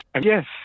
Yes